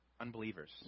unbelievers